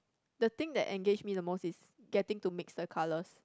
the thing that engage me the most is getting to mix the colours